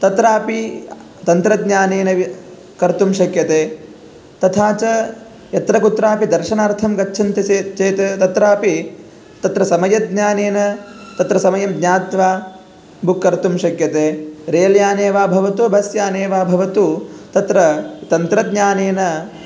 तत्रापि तन्त्रज्ञानेन व् कर्तुं शक्यते तथा च यत्र कुत्रापि दर्शनार्थं गच्छन्ति सेत् चेत् तत्रापि तत्र समयज्ञानेन तत्र समयं ज्ञात्वा बुक् कर्तुं शक्यते रेल् याने वा भवतु बस् याने वा भवतु तत्र तन्त्रज्ञानेन